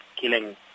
killing